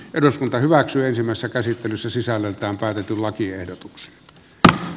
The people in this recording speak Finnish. eduskunta hyväksyisimmässä käsittelyssä sisällöltään käytetyn lakiehdotuksen taa